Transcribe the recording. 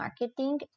marketing